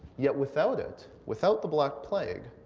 yet without it, without the black plague,